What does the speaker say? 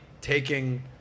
taking